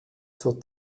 zur